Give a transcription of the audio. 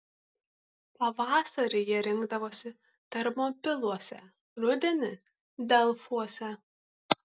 pavasarį jie rinkdavosi termopiluose rudenį delfuose